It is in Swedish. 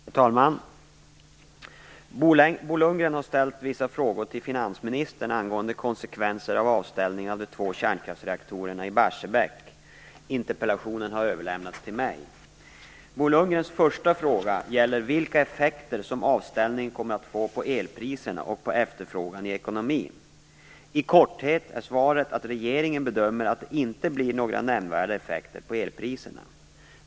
Herr talman! Bo Lundgren har ställt vissa frågor till finansministern angående konsekvenserna av avställningen av de två kärnkraftsreaktorerna i Barsebäck. Interpellationen har överlämnats till mig. Bo Lundgrens första fråga gäller vilka effekter som avställningen kommer att få på elpriserna och på efterfrågan i ekonomin. I korthet är svaret att regeringen bedömer att det inte blir några nämnvärda effekter på elpriserna.